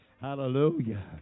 hallelujah